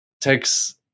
takes